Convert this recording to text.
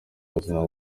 buzima